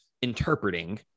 interpreting